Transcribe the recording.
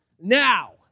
now